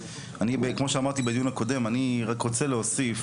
כמו שאמרתי בדיון הקודם, אני רק רוצה להוסיף.